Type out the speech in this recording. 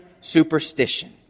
superstition